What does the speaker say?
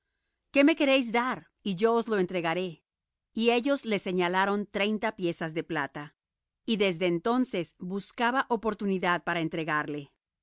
qué me queréis dar y yo os lo entregaré y ellos le señalaron treinta piezas de plata y desde entonces buscaba oportunidad para entregarle